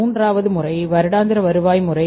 மூன்றாவது முறை வருடாந்திர வருவாய் முறை